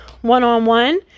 one-on-one